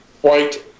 white